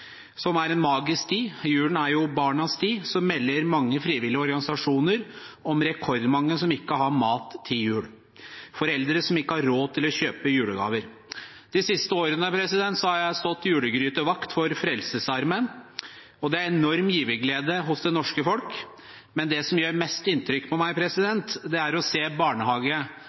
som er en magisk tid – julen er jo barnas tid – melder mange frivillige organisasjoner om rekordmange som ikke har mat til jul, og foreldre som ikke har råd til å kjøpe julegaver. De siste årene har jeg stått julegrytevakt for Frelsesarmeen, og det er en enorm giverglede hos det norske folk. Men det som gjør mest inntrykk på meg, er å se